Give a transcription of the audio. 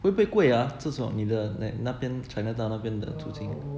会不会贵 ah 就是说你的 like 那边 chinatown 那边的租金